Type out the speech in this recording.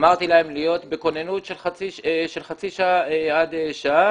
אמרתי להם להיות בכוננות של חצי שעה עד שעה.